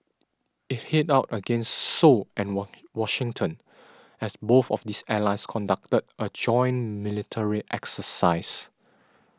it hit out against Seoul and what Washington as both of these allies conducted a joint military exercise